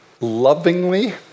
lovingly